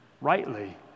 rightly